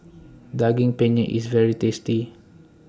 Daging Penyet IS very tasty